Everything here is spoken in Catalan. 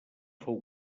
fou